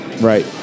Right